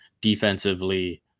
defensively